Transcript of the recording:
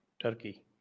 Turkey